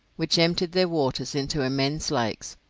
which emptied their waters into immense lakes,